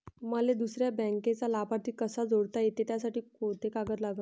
मले दुसऱ्या बँकेचा लाभार्थी कसा जोडता येते, त्यासाठी कोंते कागद लागन?